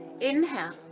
Inhale